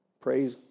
Praise